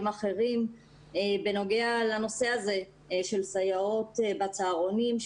אחרים בנוגע לנושא הזה של סייעות בצהרונים,